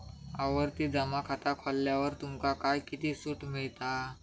आवर्ती जमा खाता खोलल्यावर तुमका काय किती सूट मिळता?